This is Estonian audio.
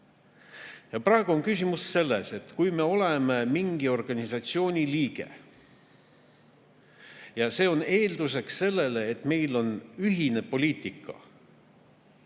aastaid. Praegu on küsimus selles, et kui me oleme mingi organisatsiooni liige ja see on eelduseks sellele, et meil on ühine poliitika